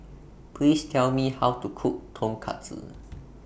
Please Tell Me How to Cook Tonkatsu